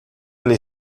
ele